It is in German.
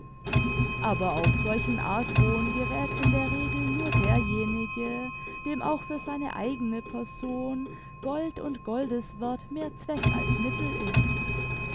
aber auf solchen argwohn geräth in der regel nur derjenige dem auch für seine eigene person gold und goldeswerth mehr zweck als mittel ist